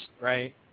Right